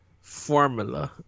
formula